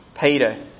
Peter